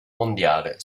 mondiale